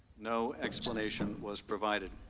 no explanation was provided.